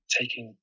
taking